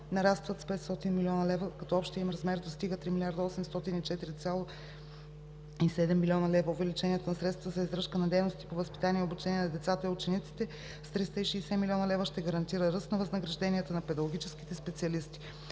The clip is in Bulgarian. нарастват с 500 млн. лв., като общият им размер достига 3 804, 7 млн. лв. Увеличението на средствата за издръжка на дейностите по възпитание и обучение на децата и учениците с 360 млн. лв. ще гарантира ръст на възнагражденията на педагогическите специалисти.